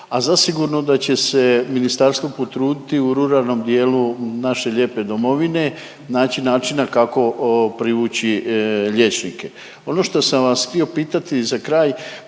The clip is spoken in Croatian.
a zasigurno da će se ministarstvo potruditi u ruralnom dijelu naše lijepe domovine naći načina kako privući liječnike. Ono što sam vas htio pitati za kraj